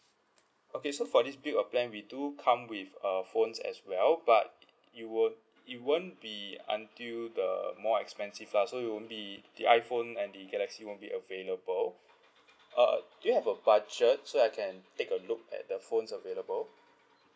okay so for this build a plan we do come with uh phones as well but it won't it won't be until the more expensive lah so you won't be the iphone and the galaxy won't be available uh do you have a budget so I can take a look at the phones available